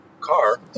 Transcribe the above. car